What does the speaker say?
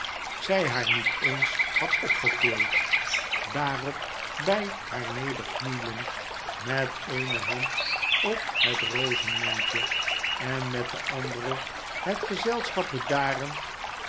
zj haar niet eens had opgetild daarop by haar nederknielend met eene hand op het rozenmondje en met de andere het gezelschap bedarend